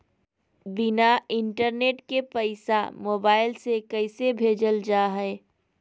बिना इंटरनेट के पैसा मोबाइल से कैसे भेजल जा है?